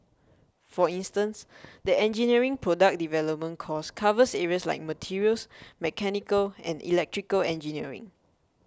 for instance the engineering product development course covers areas like materials mechanical and electrical engineering